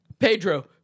Pedro